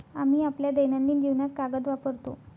आम्ही आपल्या दैनंदिन जीवनात कागद वापरतो